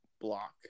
block